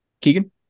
Keegan